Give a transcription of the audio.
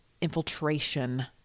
infiltration